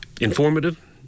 Informative